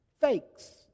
Fakes